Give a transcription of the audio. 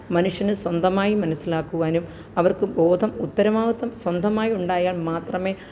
മനുഷ്യന് സ്വന്തമായി മനസ്സിലാക്കുവാനും അവര്ക്ക് ബോധം ഉത്തരവാദിത്വം സ്വന്തമായി ഉണ്ടായാല് മാത്രമേ